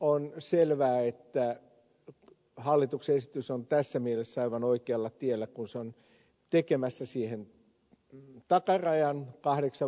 on selvää että hallituksen esitys on tässä mielessä aivan oikealla tiellä kun se on tekemässä siihen takarajan